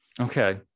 Okay